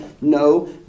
No